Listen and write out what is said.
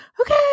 okay